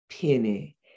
penny